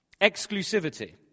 Exclusivity